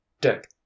Dick